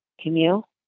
Camille